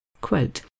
Quote